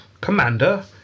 Commander